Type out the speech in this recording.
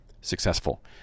successful